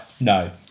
no